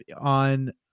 on